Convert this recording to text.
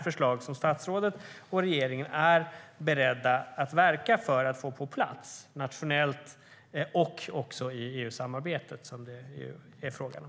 Är statsrådet och regeringen beredda att verka för att få dessa förslag på plats nationellt och i EU-samarbetet, som det ju är fråga om?